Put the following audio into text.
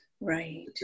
Right